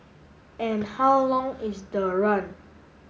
and how long is the run